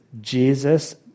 Jesus